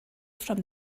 from